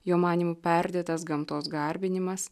jo manymu perdėtas gamtos garbinimas